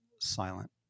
silent